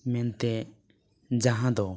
ᱢᱮᱱᱛᱮ ᱡᱟᱦᱟᱸ ᱫᱚ